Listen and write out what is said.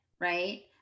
right